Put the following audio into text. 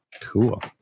Cool